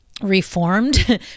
Reformed